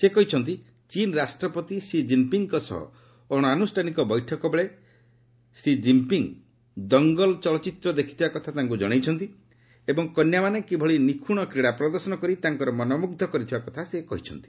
ସେ କହିଛନ୍ତି ଚୀନ୍ ରାଷ୍ଟ୍ରପତି ସି ଜିନ୍ପିଙ୍ଗ୍ଙ୍କ ସହ ଅଣଆନୁଷ୍ଠାନିକ ବୈଠକ ବେଳେ ଶ୍ରୀ ଜିନ୍ପିଙ୍ଗ୍ ଦଙ୍ଗଲ୍ ଚଳଚ୍ଚିତ୍ର ଦେଖିଥିବା କଥା ତାଙ୍କୁ ଜଣାଇଛନ୍ତି ଏବଂ କନ୍ୟାମାନେ କିଭଳିଆ ନିଖୁଣ କ୍ରୀଡ଼ା ପ୍ରଦର୍ଶନ କରି ତାଙ୍କର ମନମୁଗ୍ଧ କରିଥିବା କଥା ସେ କହିଛନ୍ତି